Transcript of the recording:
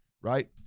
right